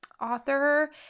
author